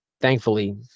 Thankfully